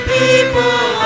people